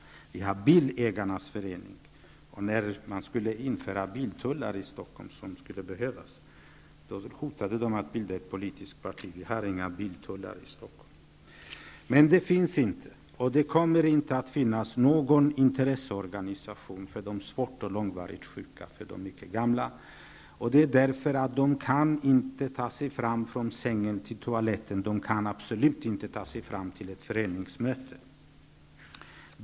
Vi har bilägarnas förening. När man skulle införa biltullar i Stockholm, något som skulle behövas, hotade bilisterna med att bilda ett politiskt parti. Vi har inga biltullar i Stockholm. Det finns inte, och kommer inte att finnas någon intresseorganisation för de svårt och långvarigt sjuka, för de mycket gamla. De kan inte ta sig från sängen fram till toaletten, och de kan absolut inte ta sig fram till ett föreningsmöte.